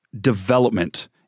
development